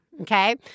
okay